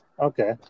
Okay